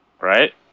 right